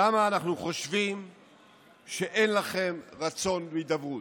למה אנחנו חושבים שאין לכם רצון להידברות.